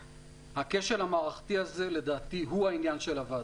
הכשל המערכתי הזה לדעתי הוא העניין של הוועדה.